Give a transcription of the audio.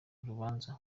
urubanza